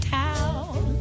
town